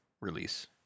release